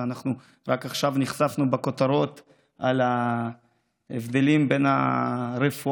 ואנחנו רק עכשיו נחשפנו בכותרות להבדלים ברפואה,